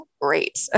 Great